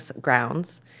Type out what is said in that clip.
grounds